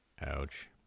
ouch